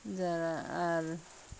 যারা আর